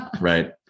Right